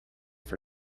for